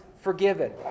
forgiven